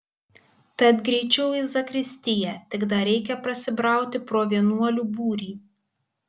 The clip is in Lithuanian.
tad greičiau į zakristiją tik dar reikia prasibrauti pro vienuolių būrį